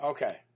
Okay